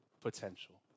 potential